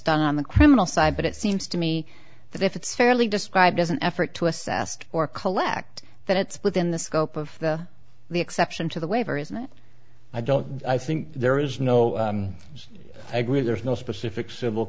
done on the criminal side but it seems to me that if it's fairly described as an effort to assess or collect that it's within the scope of the the exception to the waiver isn't it i don't i think there is no i agree there's no specific civil